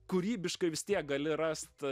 kūrybiškai vis tiek gali rast